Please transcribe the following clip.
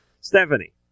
Stephanie